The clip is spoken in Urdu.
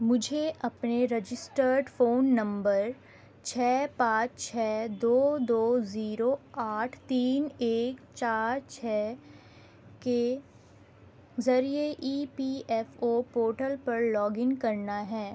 مجھے اپنے رجسٹرڈ فون نمبر چھ پانچ چھ دو دو زیرو آٹھ تین ایک چار چھ کے ذریعے E P F O portal پر لاگ ان کرنا ہے